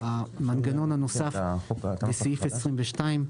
המנגנון הנוסף, בסעיף 22,